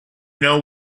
know